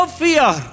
fear